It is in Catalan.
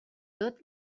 tot